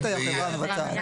נת"ע היא החברה המבצעת.